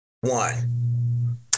One